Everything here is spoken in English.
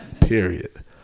Period